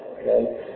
Okay